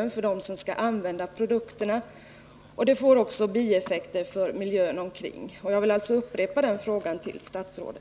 som för dem som skall använda produkterna men också på bieffekterna för miljön omkring, och jag vill upprepa min fråga till statsrådet Danell: Är det vettigt att tillverka produkter med så skadliga effekter på miljön som bensylklorid har?